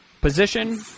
position